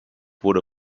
wurde